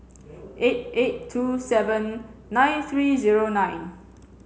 eight eight two seven nine three zero nine